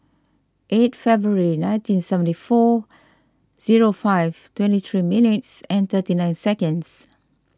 eight February nineteen seventy four zero five twenty three minutes and thirty nine seconds